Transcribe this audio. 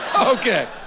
Okay